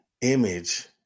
image